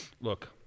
Look